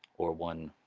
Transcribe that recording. or one